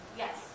yes